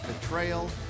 betrayal